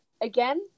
again